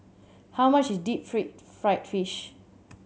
how much is deep free fried fish